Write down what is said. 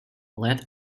lead